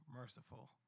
merciful